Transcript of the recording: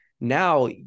Now